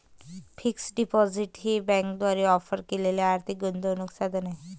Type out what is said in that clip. fixed deposit हे बँकांद्वारे offer केलेले आर्थिक गुंतवणूक साधन आहे